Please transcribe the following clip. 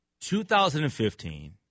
2015